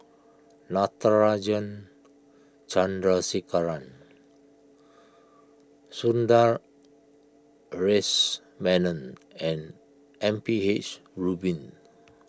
Natarajan Chandrasekaran Sundaresh Menon and M P H Rubin